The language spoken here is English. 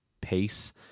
pace